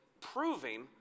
proving